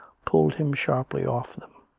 pulled him sharply off them.